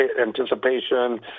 anticipation